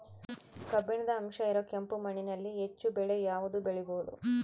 ಕಬ್ಬಿಣದ ಅಂಶ ಇರೋ ಕೆಂಪು ಮಣ್ಣಿನಲ್ಲಿ ಹೆಚ್ಚು ಬೆಳೆ ಯಾವುದು ಬೆಳಿಬೋದು?